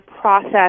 process